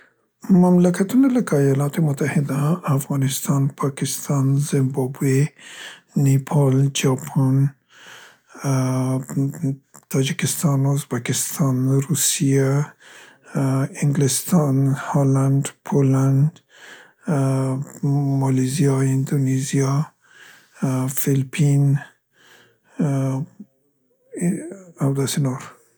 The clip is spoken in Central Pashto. مملکتونه لکه ایالات متحده، افغانستان، پاکستان، زمبابوې، نیپال، جاپان، ا، ا، تاجکستان، ازبکستان، روسیه ، انګلستان، هالند، پولند، ا، م، مالیزیا، اندونزیا، فلپین، ا، ی او داسې نور.